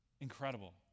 Incredible